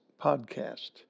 podcast